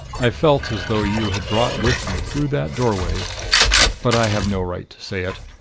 i felt as though you had brought with you through that doorway but i have no right to say it.